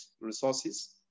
resources